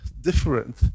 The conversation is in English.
Different